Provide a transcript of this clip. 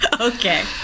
Okay